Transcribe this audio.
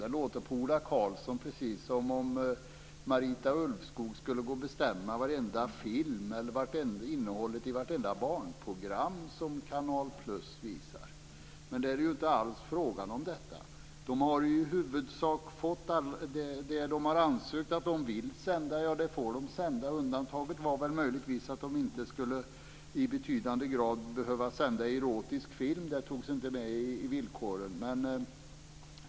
Det låter på Ola Karlsson precis som om Marita Ulvskog skulle bestämma varenda film eller innehållet i vartenda barnprogram som Canal + visar. Det är inte alls fråga om detta. Det som de har ansökt om att få sända får de i huvudsak sända. Undantaget var möjligtvis att de inte i betydande grad skulle behöva sända erotisk film; det togs inte med i villkoren.